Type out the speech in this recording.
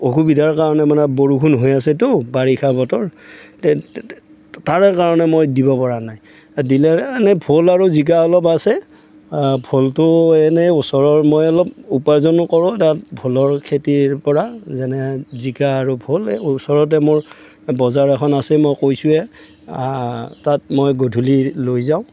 অসুবিধাৰ কাৰণে মানে বৰষুণ হৈ আছেটো বাৰিষা বতৰ তাৰে কাৰণে মই দিব পৰা নাই দিলে এনেই ভোল আৰু জিকা অলপ আছে ভোলটো এনেই ওচৰৰ মই অলপ উপাৰ্জনো কৰোঁ তাত ভোলৰ খেতিৰ পৰা যেনে জিকা আৰু ভোল এই ওচৰতে মোৰ বজাৰ এখন আছে মই কৈছোঁৱেই তাত মই গধূলি লৈ যাওঁ